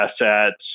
assets